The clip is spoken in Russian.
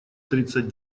тридцать